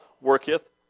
worketh